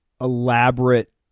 elaborate